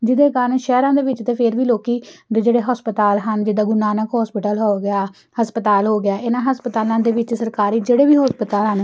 ਜਿਹਦੇ ਕਾਰਨ ਸ਼ਹਿਰਾਂ ਦੇ ਵਿੱਚ ਤੇ ਫਿਰ ਵੀ ਲੋਕੀ ਦੇ ਜਿਹੜੇ ਹਸਪਤਾਲ ਹਨ ਜਿੱਦਾ ਗੁਰੂ ਨਾਨਕ ਹੋਸਪਿਟਲ ਹੋ ਗਿਆ ਹਸਪਤਾਲ ਹੋ ਗਿਆ ਇਹਨਾਂ ਹਸਪਤਾਲਾਂ ਦੇ ਵਿੱਚ ਸਰਕਾਰੀ ਜਿਹੜੇ ਵੀ ਹਸਪਤਾਲ ਹਨ